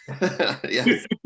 Yes